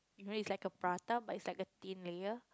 you know it's like a Prata but it's like a thin layer